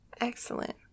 Excellent